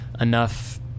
enough